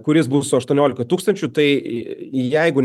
kuris bus su aštuoniolika tūkstančių tai jeigu